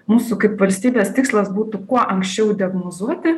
mūsų kaip valstybės tikslas būtų kuo anksčiau diagnozuoti